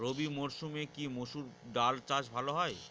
রবি মরসুমে কি মসুর ডাল চাষ ভালো হয়?